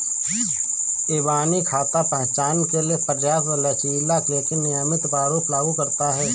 इबानी खाता पहचान के लिए पर्याप्त लचीला लेकिन नियमित प्रारूप लागू करता है